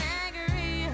angry